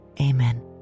amen